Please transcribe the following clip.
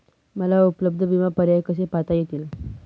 मला उपलब्ध विमा पर्याय कसे पाहता येतील?